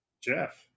jeff